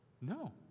no